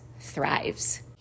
thrives